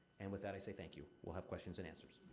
and with that, i say thank you. we'll have questions and answers.